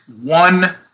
one